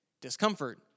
discomfort